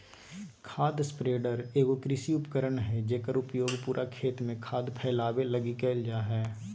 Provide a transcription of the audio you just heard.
खाद स्प्रेडर एगो कृषि उपकरण हइ जेकर उपयोग पूरा खेत में खाद फैलावे लगी कईल जा हइ